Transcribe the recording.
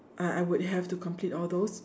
I I would have to complete all those